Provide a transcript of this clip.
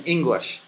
English